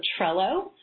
Trello